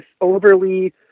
overly